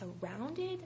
surrounded